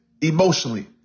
emotionally